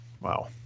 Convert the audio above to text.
Wow